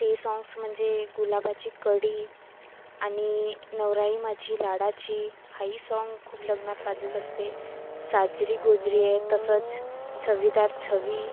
ते सॉन्ग्स म्हणजे गुलाबाची कडी आणि नवराई माझी लाडाची हाई सॉन्ग खूप लग्नात वाजत असते साजरी गोजरी ए तसंच छवीदार छवी